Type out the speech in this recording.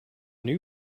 new